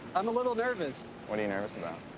i'm a little nervous. what are you nervous about?